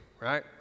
right